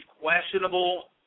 questionable